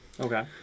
Okay